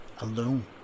alone